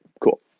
Cool